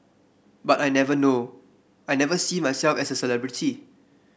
but I never know I never see myself as a celebrity